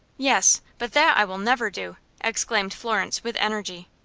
yes but that i will never do! exclaimed florence, with energy.